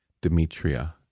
Demetria